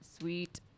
sweet